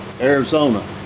Arizona